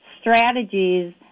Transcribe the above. strategies